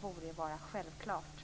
borde vara självklart.